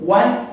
one